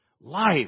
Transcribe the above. Life